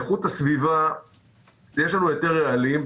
איכות הסביבה - יש לנו היתר רעלים,